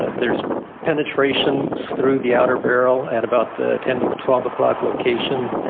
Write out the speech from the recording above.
there's penetrations through the outer barrel at about the ten to twelve o'clock location.